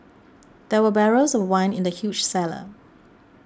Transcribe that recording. there were barrels of wine in the huge cellar